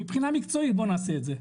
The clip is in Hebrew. מבחינה מקצועית בוא נעשה את זה,